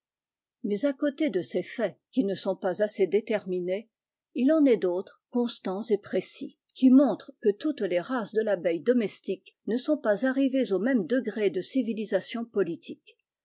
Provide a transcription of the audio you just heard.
mais à côté de ces faits qui ne sont pas assez déterminés il en est d'autres constants et précis qui montrent que toutes les races de tabeille domestique ne sont pas arrivées au même degré de civilisation politique